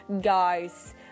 guys